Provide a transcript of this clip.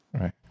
Right